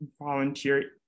volunteer